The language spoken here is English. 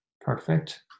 perfect